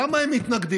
למה הם מתנגדים?